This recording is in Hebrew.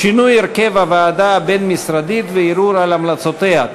שינוי הרכב הוועדה הבין-משרדית וערעור על המלצותיה),